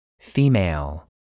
Female